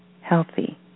healthy